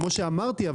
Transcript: כמו שאמרתי,